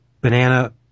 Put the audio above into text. banana